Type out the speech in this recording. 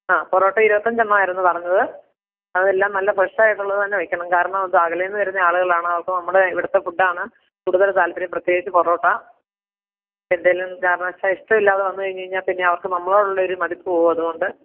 ആ പൊറോട്ട ഇരുപത്തി അഞ്ചെണ്ണം ആയിരുന്നു പറഞ്ഞത് അതെല്ലാം നല്ല ഫ്രഷായിട്ടുള്ളത് തന്നെ വയ്ക്കണം കാരണം ഇത് അകലെ നിന്ന് വരുന്ന ആളുകളാണ് അവർക്ക് നമ്മുടെ ഇവിടത്തെ ഫുഡ് ആണ് കൂടുതൽ താൽപ്പര്യം പ്രത്യേകിച്ചു പൊറോട്ട എന്തെങ്കിലും കാരണവശാൽ ഇഷ്ടമില്ലാതെ വന്നു കഴിഞ്ഞൂ കഴിഞ്ഞാൽ പിന്നെ അവർക്ക് നമ്മളോടുള്ള ഒരു മതിപ്പ് പോവും അതുകൊണ്ട്